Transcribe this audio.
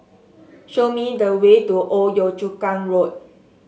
show me the way to Old Yio Chu Kang Road